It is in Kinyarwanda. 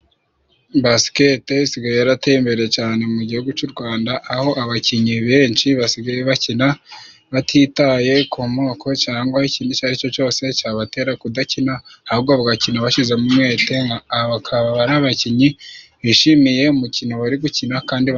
Basikete isigaye yarateye imbere cane mu gihugu c'u Rwanda Aho abakinnyi benshi basigaye bakina batitaye ku moko cyangwa ikindi icyo aricyo cyose cyabatera kudakina ahubwo bagakina bashyizemo umwe n'abakinnyi bishimiye umukino bari gukina kandi.